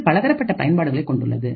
இது பலதரப்பட்ட பயன்பாடுகளை கொண்டுள்ளது